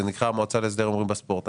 זה נקרא המועצה להסדר ההימורים בספורט.